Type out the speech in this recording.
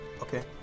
Okay